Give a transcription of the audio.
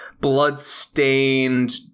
blood-stained